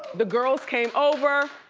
the girls came over.